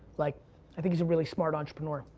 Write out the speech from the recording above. like i think he's a really smart entrepreneur.